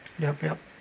yup yup